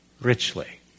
richly